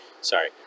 sorry